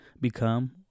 become